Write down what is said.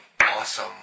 awesome